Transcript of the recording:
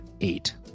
eight